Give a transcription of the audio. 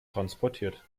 transportiert